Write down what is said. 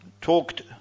talked